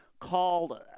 called